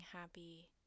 happy